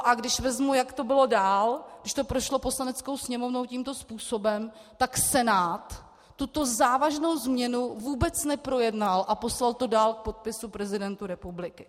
A když vezmu, jak to bylo dál, když to prošlo Poslaneckou sněmovnou tímto způsobem, tak Senát tuto závažnou změnu vůbec neprojednal a poslal to dál k podpisu prezidentu republiky.